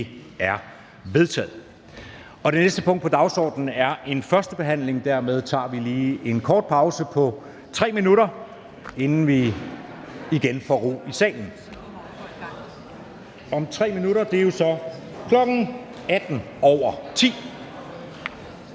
er vedtaget. Det næste punkt på dagsordenen er en første behandling. Dermed tager vi lige en kort pause på 3 minutter, indtil vi igen får ro i salen, og om 3 minutter er jo så kl. 10.18.